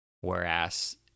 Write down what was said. whereas